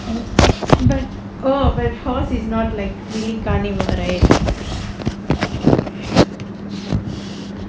oh but horse is not like really carnivore